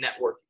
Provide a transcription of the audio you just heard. networking